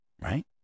right